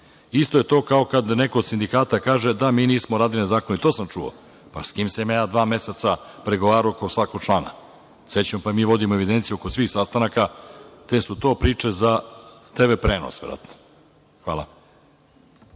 To je isto kao kada neko od sindikata kaže – da, mi nismo radili na zakonu. I to sam čuo. Pa, sa kime sam ja dva meseca pregovarao oko svakog člana? Srećom pa mi vodimo evidenciju oko svih sastanaka, te su to priče za TV prenos. Hvala.